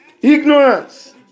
ignorance